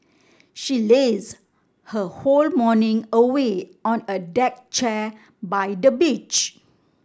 she lazed her whole morning away on a deck chair by the beach